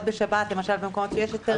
בשבת למשל במקומות שיש היתרי עבודה,